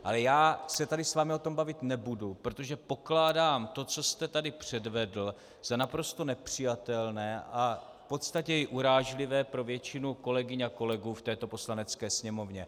Ale já se tady s vámi o tom bavit nebudu, protože pokládám to, co jste tady předvedl, za naprosto nepřijatelné a v podstatě i urážlivé pro většinu kolegyň a kolegů v této Poslanecké sněmovně.